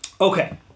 Okay